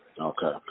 Okay